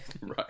Right